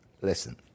Listen